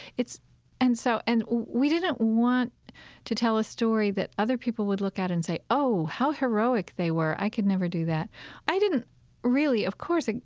it's and so and we didn't want to tell a story that other people would look at and say, oh, how heroic they were. i could never do that i didn't really, of course, ah